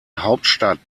hauptstadt